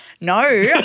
no